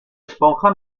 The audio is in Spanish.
esponja